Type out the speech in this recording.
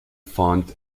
font